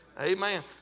Amen